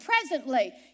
presently